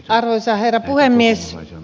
arvoisa herra puhemies